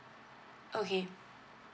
okay